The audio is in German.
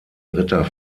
ritter